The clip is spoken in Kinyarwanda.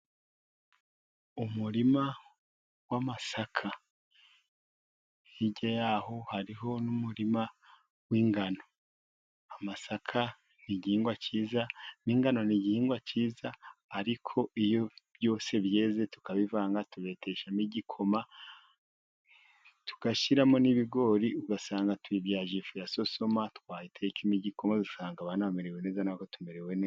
Umurima w'amasaka. Hirya yaho hariho n'umurima w'ingano. Amasaka ni igihingwa kiza n'ingano ni igihingwa kiza, ariko iyo byose bi byegezeze tukabivanga tubeteshamo igikoma tugashyiramo n'ibigori, ugasanga tuyibyaje ifu ya sosoma twayitekamo igikoma usanga aba bamerewe neza natwe tumerewe neza.